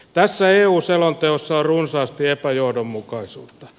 tässä eu selonteossa on runsaasti epäjohdonmukaisuutta